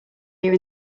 here